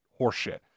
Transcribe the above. horseshit